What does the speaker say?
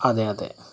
അതേ അതേ